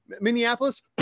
minneapolis